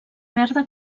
verda